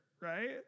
right